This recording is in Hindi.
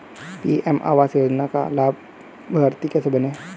पी.एम आवास योजना का लाभर्ती कैसे बनें?